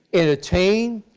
entertain,